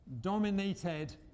dominated